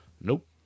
Nope